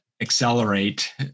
accelerate